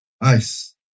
Ice